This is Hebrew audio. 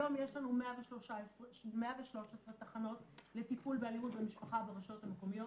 כיום יש לנו 113 תחנות לטיפול באלימות במשפחה ברשויות המקומיות.